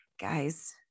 guys